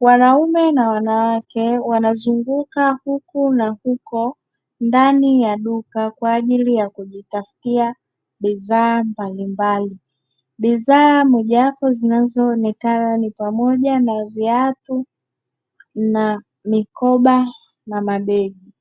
Wanaume na wanawake wanazunguka huku na huko ndani ya duka, kwa ajili ya kujitafutia bidhaa mbalimbali, bidhaa moja wapo zinazoonekana ni pamoja na viatu na mikoba na mabegi.